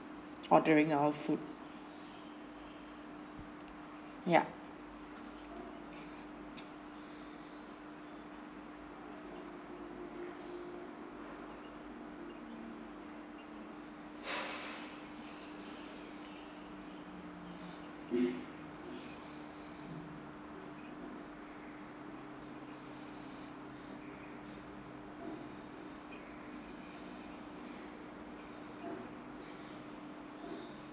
ordering our food yup